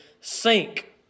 sink